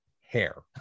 hair